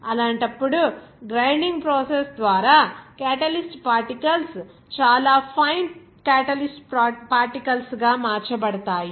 అలాంటప్పుడు grinding process ద్వారా catalyst particles చాలా ఫైన్ క్యాటలిస్ట్ పార్టికల్స్ గా మార్చబడతాయి